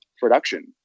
production